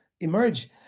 emerge